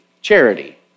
charity